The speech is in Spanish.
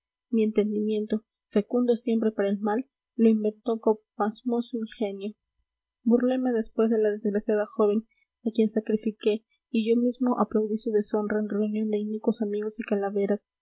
mi entendimiento fecundo siempre para el mal lo inventó con pasmoso ingenio burleme después de la desgraciada joven a quien sacrifiqué y yo mismo aplaudí su deshonra en reunión de inicuos amigos y calaveras